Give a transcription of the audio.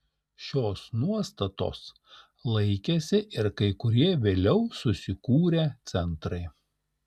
šios nuostatos laikėsi ir kai kurie vėliau susikūrę centrai